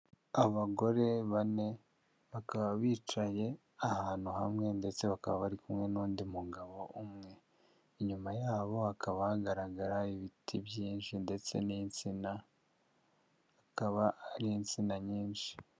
Abagore bane bakaba bicaye ahantu hamwe ndetse bakaba bari kumwe n'undi mugabo umwe, inyuma yabo hakaba hagaragara ibiti byinshi ndetse n'insina, akaba ari insina nyinshi.